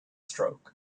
stroke